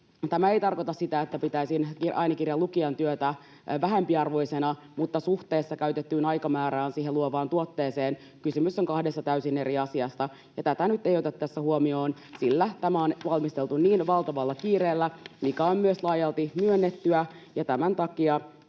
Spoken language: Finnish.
Tämä ei tarkoita sitä, että pitäisin äänikirjan lukijan työtä vähempiarvoisena, mutta suhteessa käytettyyn aikamäärään, siihen luovaan tuotteeseen, kysymys on kahdesta täysin eri asiasta. Tätä nyt ei oteta tässä huomioon, sillä tämä on valmisteltu niin valtavalla kiireellä, mikä on myös laajalti myönnettyä. Tämän takia